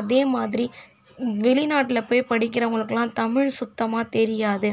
அதே மாதிரி வெளிநாட்டில் போய் படிக்கிறவங்களுக்குலாம் தமிழ் சுத்தமாக தெரியாது